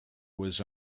was